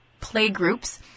playgroups